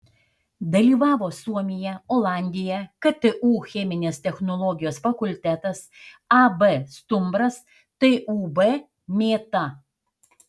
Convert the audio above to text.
dalyvavo suomija olandija ktu cheminės technologijos fakultetas ab stumbras tūb mėta